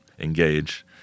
engage